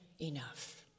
enough